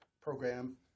program